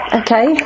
okay